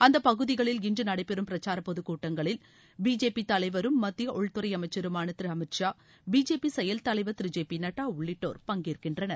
அந்த பகுதிகளில் இன்று நடைபெறும் பிரச்சாரப் பொது கூட்டங்களில் பிஜேபி தலைவரும் மத்திய உள்துறை அமைச்சருமான திரு அமித்ஷா பிஜேபி செயல் தலைவர் திரு ஜே பி நட்டா உள்ளிட்டோர் பங்கேற்கின்றனர்